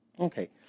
Okay